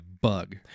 bug